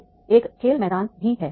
तो एक खेल मैदान भी है